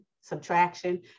subtraction